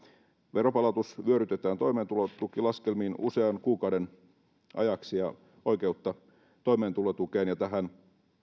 veronpalautus vyörytetään toimeentulotukilaskelmiin usean kuukauden ajaksi ja oikeutta toimeentulotukeen ja tähän